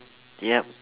yup